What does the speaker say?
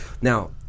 Now